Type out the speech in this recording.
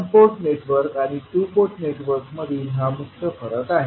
one port network आणि दोन port नेटवर्कमधील हा मुख्य फरक आहे